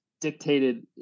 dictated